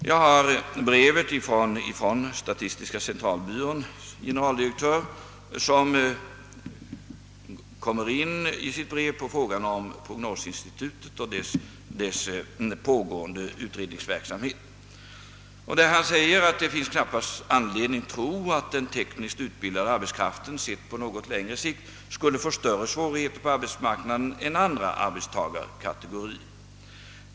Jag har i min hand brevet från statistiska centralbyråns generaldirektör, där denne talar om prognosinstitutet och dess pågående utredningsverksamhet. Han säger att det knappast finns anledning tro att den tekniskt utbildade arbetskraften på något längre sikt skulle möta större svårigheter på arbetsmarknaden än andra arbetstagarkategorier.